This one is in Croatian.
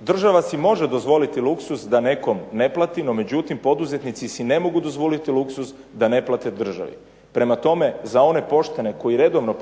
Država si može dozvoliti luksuz da nekom ne plati, no međutim poduzetnici si ne mogu dozvoliti luksuz da ne plate državi. Prema tome, za one poštene koji redovno